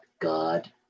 God